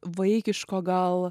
vaikiško gal